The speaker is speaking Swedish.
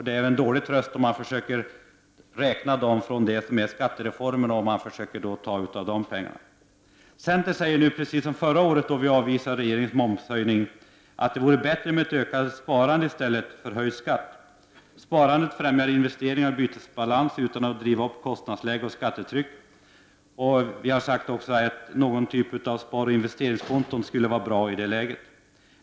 Det är en dålig tröst om man försöker räkna med att få dessa pengar genom skattereformen. Centern säger nu — precis som förra året då vi avvisade regeringens momshöjningsförslag — att ökat sparande är bättre än höjd skatt. Sparandet främjar investeringar och bytesbalans utan att driva upp kostandsläge och skattetryck. Vi har sagt att någon form av sparoch investeringskonton skulle vara bra i det här läget.